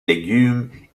légumes